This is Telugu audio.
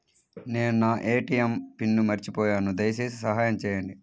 నేను నా ఏ.టీ.ఎం పిన్ను మర్చిపోయాను దయచేసి సహాయం చేయండి